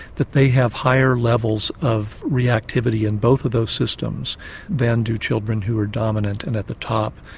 that they have higher levels of reactivity in both of those systems than do children who are dominant and at the top,